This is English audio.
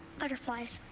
butterflies.